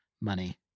money